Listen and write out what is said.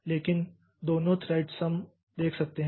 लेकिन दोनों थ्रेड सम देख सकते हैं